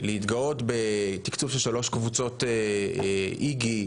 להתגאות בתקצוב של שלוש קבוצות איגי,